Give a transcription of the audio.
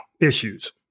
issues